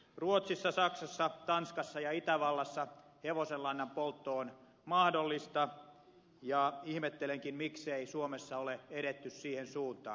ruotsissa saksassa tanskassa ja itävallassa hevosenlannan poltto on mahdollista ja ihmettelenkin miksei suomessa ole edetty siihen suuntaan